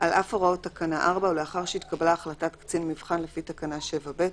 על אף הוראות תקנה 4 ולאחר שהתקבלה החלטת קצין מבחן לפי תקנה 7(ב),